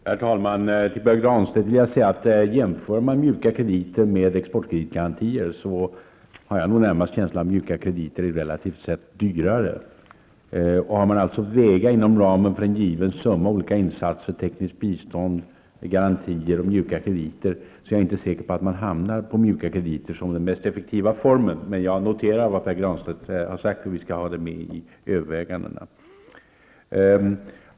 Herr talman! Till Pär Granstedt vill jag säga att jag närmast har känslan att mjuka krediter vid en jämförelse är relativt sett dyrare. Om man alltså har att väga inom ramen för en given summa mellan olika insatser i form av tekniskt bistånd, garantier och mjuka krediter, är jag alltså inte säker på att man hamnar på mjuka krediter som den mest effektiva formen. Men jag noterar vad Pär Granstedt har sagt, och vi skall ha det med i övervägandena.